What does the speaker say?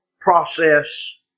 process